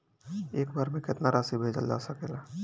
एक बार में केतना राशि भेजल जा सकेला?